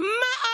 זה לא לרמה שלי.